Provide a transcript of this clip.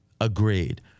Agreed